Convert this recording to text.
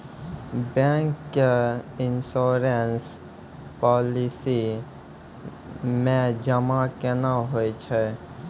Bank के insurance policy मे जमा केना होय छै?